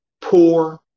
poor